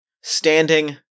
standing